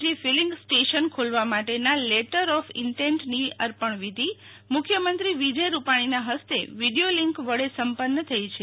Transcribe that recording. જી filling station ખોલવા માટેના letter of ઈન્ટેન્ટની અર્પણ વિધિ મુખ્યમંત્રી વિજય રૂપાણીના ફસ્તે વિક્યો લિન્ક વડે સંપન્ન થઈ છે